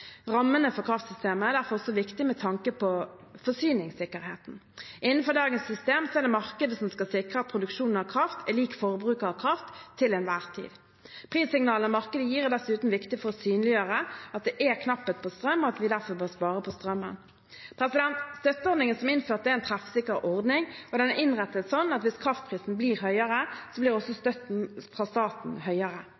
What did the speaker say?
Rammene for kraftsystemet er derfor også viktig med tanke på forsyningssikkerheten. Innenfor dagens system er det markedet som skal sikre at produksjonen av kraft er lik forbruket av kraft – til enhver tid. Prissignalene markedet gir, er dessuten viktig for å synliggjøre at det er knapphet på strøm, og at vi derfor bør spare på strømmen. Støtteordningen som er innført, er en treffsikker ordning, og den er innrettet slik at hvis kraftprisen blir høyere, blir også